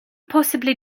possibly